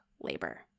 labor